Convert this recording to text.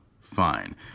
Fine